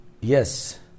yes